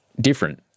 different